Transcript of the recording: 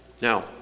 Now